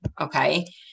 Okay